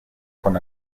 con